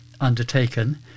undertaken